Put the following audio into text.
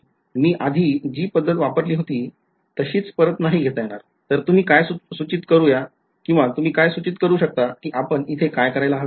मी आधी जी पद्दत वापरली होती तशीच परत नाही घेता येणार तर तुम्ही काय सूचित करू शकता कि आपण इथे काय करायला हवे